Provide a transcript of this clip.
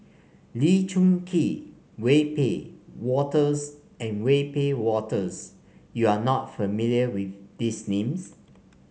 Lee Choon Kee Wiebe Wolters and Wiebe Wolters you are not familiar with these names